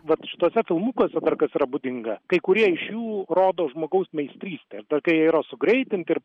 vat šituose filmukuose dar kas yra būdinga kai kurie iš jų rodo žmogaus meistrystę ir dar kai jie yra sugreitinti ir